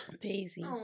Daisy